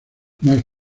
más